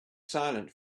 silent